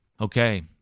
Okay